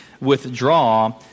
withdraw